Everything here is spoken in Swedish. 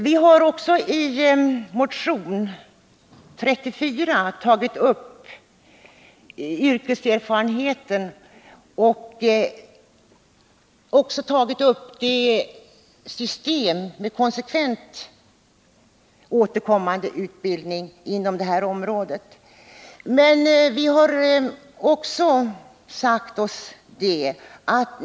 Vi har också i motion 34 tagit upp frågan om yrkeserfarenhet och frågan om ett system med konsekvent återkommande utbildning inom det här området.